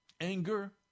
Anger